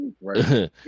Right